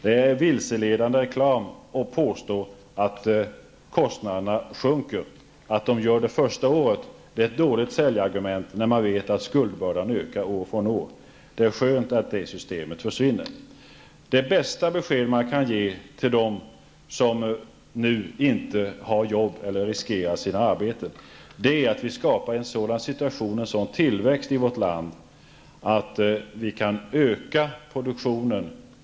Det är vilseledande reklam att påstå att kostnaderna sjunker. Att de gör det första året är ett dåligt säljargument när man vet att skuldbördan ökar år från år. Det är skönt att det systemet försvinner. Det bästa besked man kan ge till dem som nu inte har jobb eller som riskerar att mista sina jobb, är att vi skall skapa en sådan situation och en sådan tillväxt i vårt land att vi kan öka produktionen.